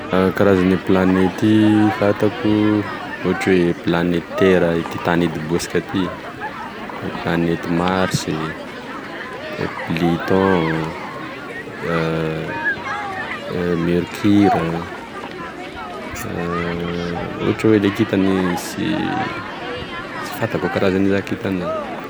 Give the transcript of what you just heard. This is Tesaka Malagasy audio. Karazagne planety fantako ohatry oe planety tera ty tany itobohatsika ty, planety marsy, pluton, mercure, ohatry oe le kintany sy fantako karazagne raha kintana zany.